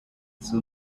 two